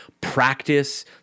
practice